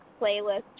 playlist